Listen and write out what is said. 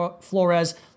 Flores